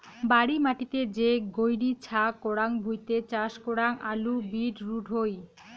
বাড়ি মাটিতে যে গৈরী ছা করাং ভুঁইতে চাষ করাং আলু, বিট রুট হই